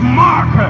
mark